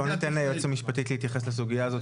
בואי ניתן ליועץ המשפטי להתייחס לסוגיה הזאת,